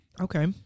Okay